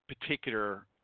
particular